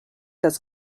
this